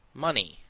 money,